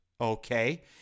okay